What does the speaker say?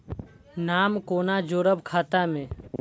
नाम कोना जोरब खाता मे